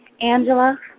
Angela